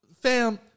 fam